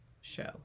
show